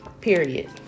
Period